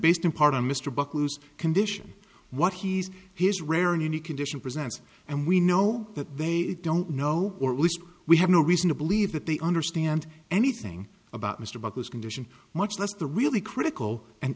based in part on mr buck lose condition what he's his rare in any condition presents and we know that they don't know or at least we have no reason to believe that they understand anything about mr about his condition much less the really critical and